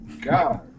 god